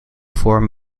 form